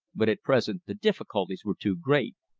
but at present the difficulties were too great.